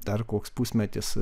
dar koks pusmetis